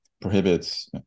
prohibits